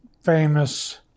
famous